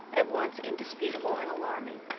at once indisputable and alarming